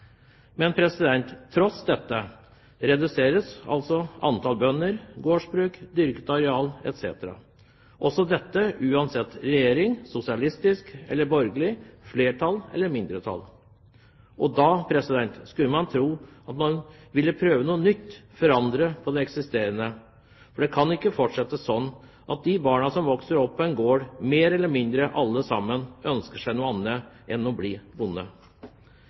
Tross dette reduseres altså antallet bønder, gårdsbruk, dyrket areal etc., også dette uansett regjering – sosialistisk eller borgerlig, flertall eller mindretall. Da skulle man tro at man ville prøve noe nytt for å forandre på det eksisterende. For det kan ikke fortsette sånn at de barna som vokser opp på en gård, mer eller mindre alle sammen ønsker å gjøre noe annet enn å bli